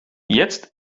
jetzt